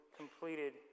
completed